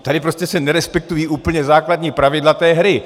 Tady se prostě nerespektují úplně základní pravidla té hry.